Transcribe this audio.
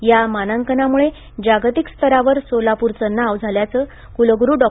या मानांकनामुळे जागतिक स्तरावर सोलापूरचे नाव झाल्याचे कुलगुरू डॉ